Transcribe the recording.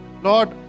Lord